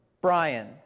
Brian